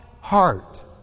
heart